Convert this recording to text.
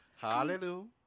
Hallelujah